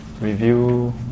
review